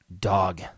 Dog